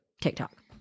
TikTok